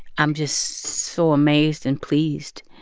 i'm just so amazed and pleased.